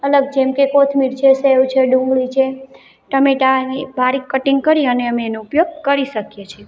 અલગ જેમ કે કોથમીર છે સેવ છે ડુંગળી છે ટમેટાંની બારીક કટિંગ કરી અને અમે એનો ઉપયોગ કરી શકીએ છીએ